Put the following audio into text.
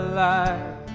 Alive